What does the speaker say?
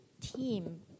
team